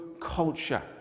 culture